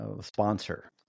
sponsor